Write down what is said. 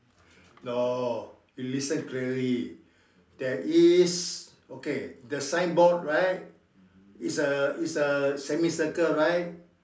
no you listen clearly there is okay the signboard right is a is a semicircle right